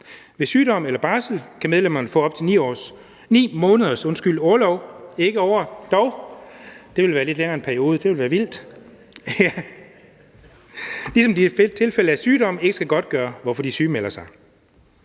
Ved sygdom eller barsel kan medlemmerne få op til 9 års orlov, undskyld, 9 måneders orlov – 9 år er en noget længere periode, og det ville være vildt – ligesom de i tilfælde af sygdom ikke skal godtgøre, hvorfor de sygemelder sig.